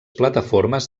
plataformes